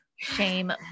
Shame